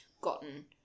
gotten